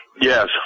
Yes